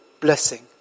blessing